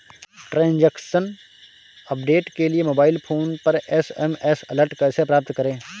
Transaction update के लिए mobile phone पर एस.एम.एस अलर्ट कैसे प्राप्त करें?